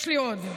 יש לי עוד,